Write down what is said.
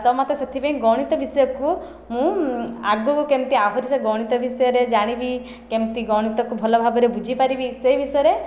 ତ ମୋତେ ସେଥିପାଇଁ ଗଣିତ ବିଷୟକୁ ମୁଁ ଆଗକୁ କେମିତି ଆହୁରି ସେ ଗଣିତ ବିଷୟରେ ଜାଣିବି କେମିତି ଗଣିତକୁ ଭଲ ଭାବରେ ବୁଝିପାରିବି ସେହି ବିଷୟରେ